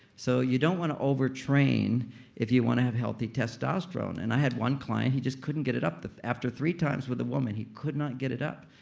so you don't want to over train if you want to have healthy testosterone and i had one client, he just couldn't get it up after three times with a woman, he could not get it up.